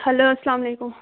hello اسلام علیکُم